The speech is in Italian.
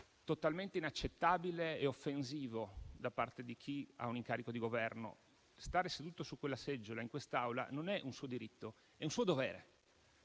Totalmente inaccettabile e offensivo da parte di chi ha un incarico di Governo; stare seduto su quella seggiola in quest'Aula non è un suo diritto, è un suo dovere.